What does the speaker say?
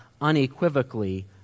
unequivocally